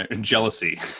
jealousy